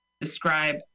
Describe